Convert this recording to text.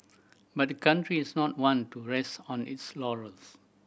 but the country is not one to rest on its laurels